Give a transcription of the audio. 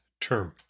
term